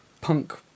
punk